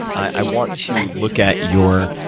i want to look at your